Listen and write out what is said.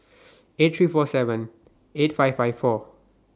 eight three four seven eight five five four